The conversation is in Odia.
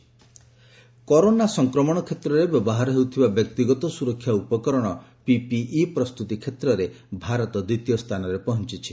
କରୋନା ପିପିଇ ଉତ୍ପାଦନ କରୋନା ସଂକ୍ରମଣ କ୍ଷେତ୍ରରେ ବ୍ୟବହାର ହେଉଥିବା ବ୍ୟକ୍ତିଗତ ସୁରକ୍ଷା ଉପକରଣ ପିପିଇ ପ୍ରସ୍ତୁତି କ୍ଷେତ୍ରରେ ଭାରତ ଦ୍ୱିତୀୟ ସ୍ଥାନରେ ପହଞ୍ଚୁଛି